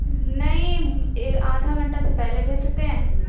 نہیں آدھا گھنٹہ سے پہلے بھیج سکتے ہیں